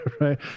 Right